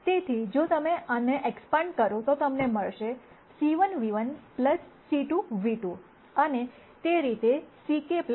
તેથી જો તમે આનો એક્સપાન્ડ કરો તો તમને મળશે c1 ν1 c2ν2 અને તે રીતે ck νk